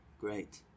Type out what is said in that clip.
great